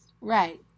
Right